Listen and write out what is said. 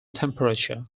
temperature